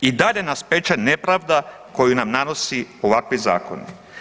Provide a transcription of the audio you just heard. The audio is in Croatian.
I dalje nas peče nepravda koju nam nanose ovakvi zakoni.